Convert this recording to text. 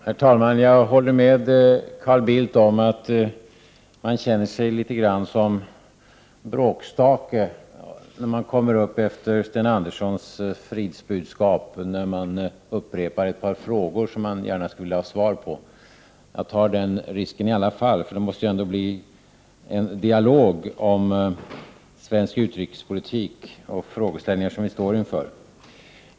Herr talman! Jag håller med Carl Bildt om att man litet grand känner sig som en bråkstake när man efter Sten Anderssons fridsbudskap går upp i talarstolen för att få svar på ett par frågor. Jag tar emellertid risken, eftersom det ju måste bli en dialog om svensk utrikespolitik och de frågeställningar som vi står inför.